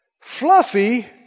Fluffy